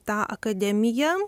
ta akademija